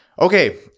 Okay